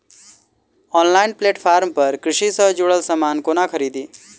Online platform पर कृषि सँ जुड़ल समान कोना खरीदी?